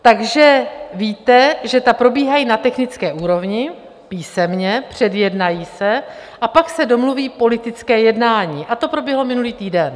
Takže víte, že ta probíhají na technické úrovni, písemně, předjednají se a pak se domluví politické jednání, a to proběhlo minulý týden.